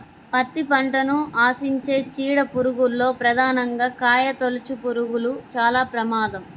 పత్తి పంటను ఆశించే చీడ పురుగుల్లో ప్రధానంగా కాయతొలుచుపురుగులు చాలా ప్రమాదం